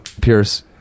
pierce